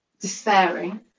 despairing